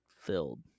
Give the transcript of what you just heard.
filled